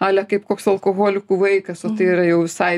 ale kaip koks alkoholikų vaikas o tai yra jau visai